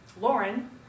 Lauren